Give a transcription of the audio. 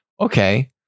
okay